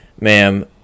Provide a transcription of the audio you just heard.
ma'am